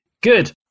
Good